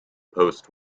post